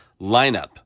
lineup